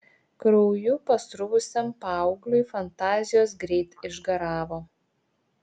krauju pasruvusiam paaugliui fantazijos greit išgaravo